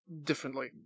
differently